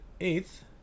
eighth